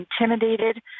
intimidated